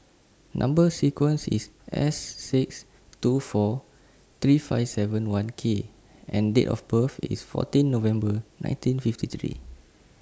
Number sequence IS S six two four three five seven one K and Date of birth IS fourteen November nineteen fifty three